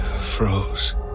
froze